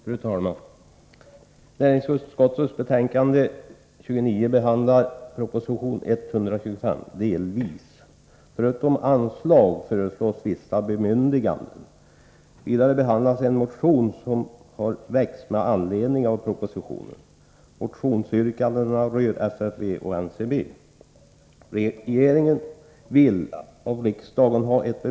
Fru talman! Näringsutskottets betänkande 29 behandlar proposition 1983/84:125, delvis. Förutom anslag föreslås vissa bemyndiganden. Vidare behandlas en motion som har väckts med anledning av propositionen.